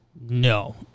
No